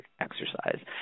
exercise